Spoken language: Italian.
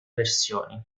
versioni